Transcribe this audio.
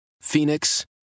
Phoenix